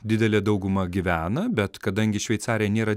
didelė dauguma gyvena bet kadangi šveicarija nėra